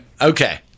Okay